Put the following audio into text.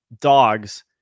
dogs